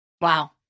Wow